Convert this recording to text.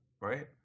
right